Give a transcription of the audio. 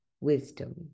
wisdom